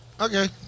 Okay